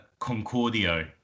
Concordio